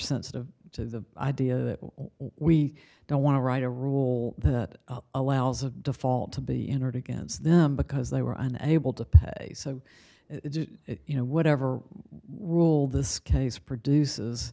sensitive to the idea that we don't want to write a rule that allows a default to be entered against them because they were unable to pay so you know whatever rule this case produces